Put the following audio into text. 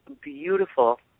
beautiful